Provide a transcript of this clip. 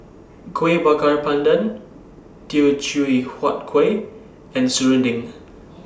Kuih Bakar Pandan Teochew Huat Kueh and Serunding